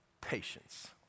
patience